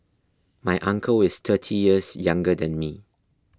my uncle is thirty years younger than me